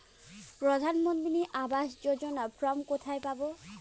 প্রধান মন্ত্রী আবাস যোজনার ফর্ম কোথায় পাব?